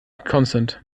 consent